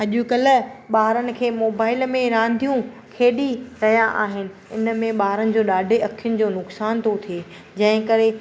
अॼुकल्ह ॿारनि खे मोबाइल में रांदियूं खेॾी रहिया आहिनि इन में ॿारनि जो ॾाढे अख़िन जो नुक़सान थो थे जंहिं करे